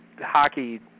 hockey